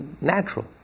natural